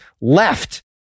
left